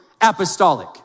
apostolic